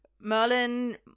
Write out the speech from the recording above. Merlin